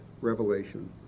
revelation